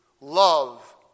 love